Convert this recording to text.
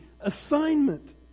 assignment